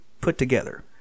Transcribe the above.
put-together